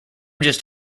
just